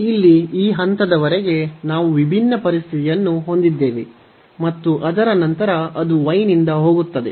ಇಲ್ಲಿ ಈ ಹಂತದವರೆಗೆ ನಾವು ವಿಭಿನ್ನ ಪರಿಸ್ಥಿತಿಯನ್ನು ಹೊಂದಿದ್ದೇವೆ ಮತ್ತು ಅದರ ನಂತರ ಅದು y ನಿಂದ ಹೋಗುತ್ತದೆ